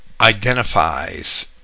identifies